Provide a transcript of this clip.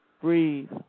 Breathe